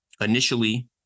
initially